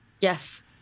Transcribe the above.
Yes